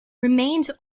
remained